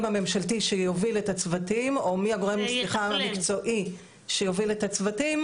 הממשלתי שיוביל את הצוותים או מי הגורם המקצועי שיוביל את הצוותים?